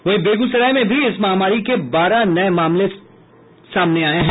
वहीं बेगूसराय में भी इस महामारी के बारह नये मामले पाये गये हैं